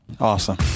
Awesome